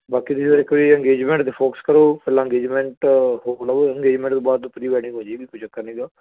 ਬਾਕੀ ਜੇ ਤਾਂ ਇੱਕ ਵਾਰੀ ਅੰਗੇਜ਼ਮੈਂਟ 'ਤੇ ਫੋਕਸ ਕਰੋ ਪਹਿਲਾਂ ਅੰਗੇਜਮੈਂਟ ਹੋ ਲਵੋ ਅੰਗੇਜ਼ਮੈਂਟ ਤੋਂ ਬਾਅਦ ਪ੍ਰੀ ਵੈਡਿੰਗ ਹੋ ਜੇਗੀ ਕੋਈ ਚੱਕਰ ਨਹੀਂ ਗਾ